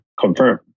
confirm